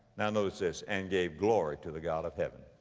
now notice this, and gave glory to the god of heaven.